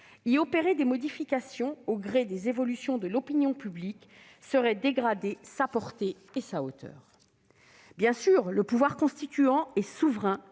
Y opérer des modifications au gré des évolutions de l'opinion publique serait dégrader sa valeur et sa portée. Bien sûr, le pouvoir constituant est souverain